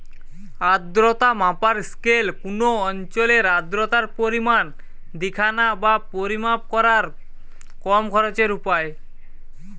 আর্দ্রতা মাপার স্কেল কুনো অঞ্চলের আর্দ্রতার পরিমাণ দিখানা বা পরিমাপ কোরার কম খরচের উপায়